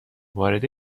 وارد